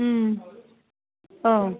औ